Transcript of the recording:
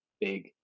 big